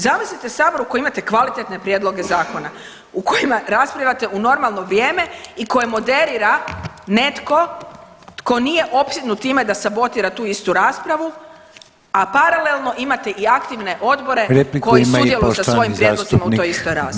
Zamislite sabor u kojem imate kvalitetne prijedloge zakona, u kojima raspravljate u normalno vrijeme i koje moderira netko tko nije opsjednut time da sabotira tu istu raspravu, a paralelno imate i aktivne odbore koji sudjeluju sa svojim prijedlozima u toj istoj raspravi.